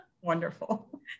Wonderful